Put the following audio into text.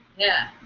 yeah